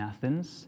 Athens